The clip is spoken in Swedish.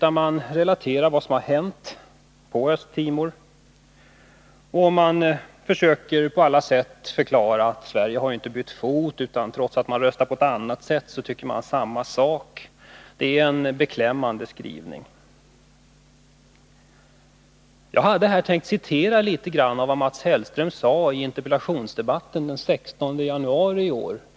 Man relaterar vad som har hänt i Östra Timor och försöker på alla sätt förklara att Sverige inte har bytt fot. Trots att regeringen röstade på ett annat sätt än tidigare, så tycker den fortfarande samma sak. Det är en beklämmande skrivning. Jag hade tänkt citera något av vad Mats Hellström sade i en interpellation den 16 januari i år.